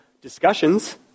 discussions